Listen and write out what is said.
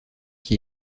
qui